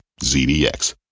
ZDX